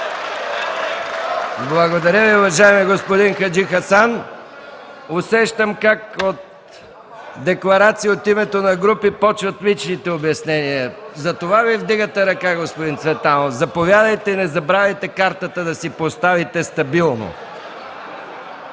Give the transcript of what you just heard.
Благодаря Ви, уважаеми господин Хаджихасан. Усещам как от декларации от името на групи започват личните обяснения. Затова ли вдигате ръка, господин Цветанов? Заповядайте и не забравяйте да си поставите стабилно